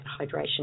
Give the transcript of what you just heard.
hydration